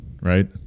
right